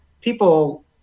people